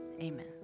amen